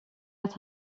att